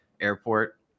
airport